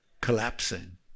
collapsing